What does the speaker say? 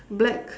black